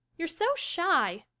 you're so shy,